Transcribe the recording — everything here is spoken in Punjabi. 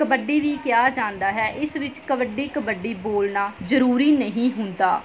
ਕਬੱਡੀ ਵੀ ਕਿਹਾ ਜਾਂਦਾ ਹੈ ਇਸ ਵਿੱਚ ਕਬੱਡੀ ਕਬੱਡੀ ਬੋਲਣਾ ਜ਼ਰੂਰੀ ਨਹੀਂ ਹੁੰਦਾ